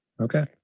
okay